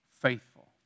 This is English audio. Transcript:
faithful